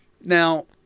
Now